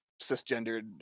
cisgendered